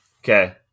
Okay